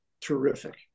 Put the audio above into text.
terrific